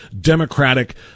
Democratic